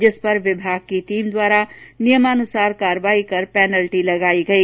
जिस पर विभाग की टीम द्वारा नियमानुसार कार्रवाई कर पेनल्टी लगाई गई